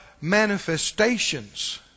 manifestations